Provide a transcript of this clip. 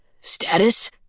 Status